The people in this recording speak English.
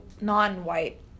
non-white